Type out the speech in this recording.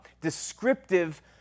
descriptive